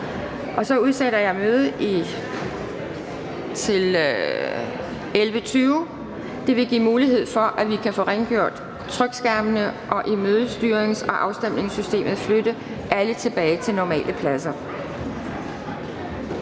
Så udsætter jeg mødet til kl. 11.20. Det vil give mulighed for, at vi kan få rengjort skærmene, og at mødestyrings- og afstemningssystemet flyttes tilbage til de normale pladser.